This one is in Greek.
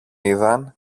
είδαν